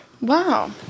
Wow